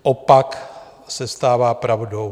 Opak se stává pravdou.